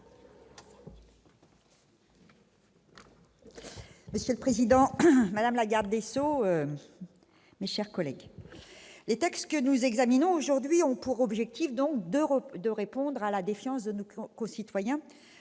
Monsieur le président, madame la garde des sceaux, mes chers collègues, les textes que nous examinons aujourd'hui visent à répondre à la défiance de nos concitoyens